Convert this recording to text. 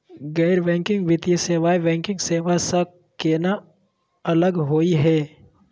गैर बैंकिंग वित्तीय सेवाएं, बैंकिंग सेवा स केना अलग होई हे?